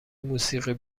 موسیقی